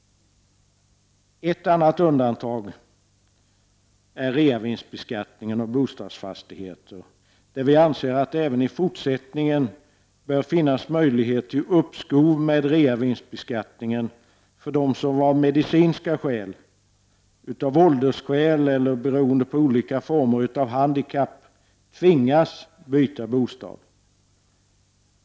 Ett annat undantag är reavinstbeskattningen av bostadsfastigheter. Vi anser att det även i fortsättningen bör finnas möjlighet till uppskov med reavinstbeskattningen för dem som av medicinska skäl, av åldersskäl eller beroende på olika former av handikapp tvingas byta bostad.